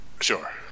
Sure